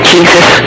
Jesus